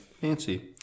Fancy